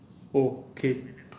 oh K